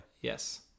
Yes